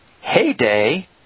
Heyday